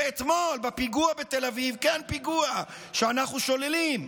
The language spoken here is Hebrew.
ואתמול בפיגוע בתל אביב כן, פיגוע שאנחנו שוללים,